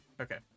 Okay